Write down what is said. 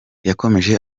yakomeje